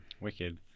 Wicked